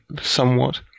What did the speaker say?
somewhat